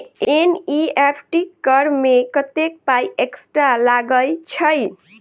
NEFT करऽ मे कत्तेक पाई एक्स्ट्रा लागई छई?